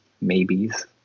maybes